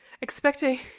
expecting